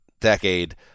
decade